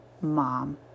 mom